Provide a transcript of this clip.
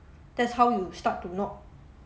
that's how you start to not